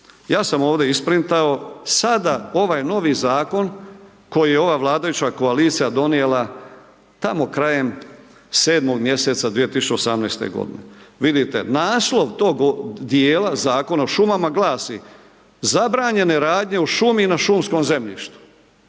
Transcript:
ja sam ovdje isprintao, sada ovaj novi zakon koji je ova vladajuća koalicija donijela tamo krajem 7. mjeseca 2018.g., vidite, naslov tog dijela Zakona o šumama glasi: „Zabranjene radnje u šumi i na šumskom zemljištu“